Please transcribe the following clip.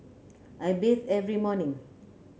I bathe every morning